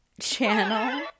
channel